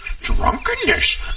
Drunkenness